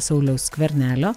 sauliaus skvernelio